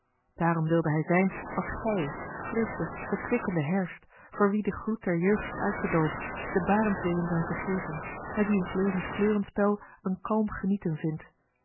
daarom wilde hij zijn als gij frissche verkwikkende herfst voor wien de gloed der jeugd is uitgedoofd de barensweeën zijn vergeten en die in s levens kleurenspel een kalm genieten vindt